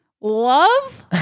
Love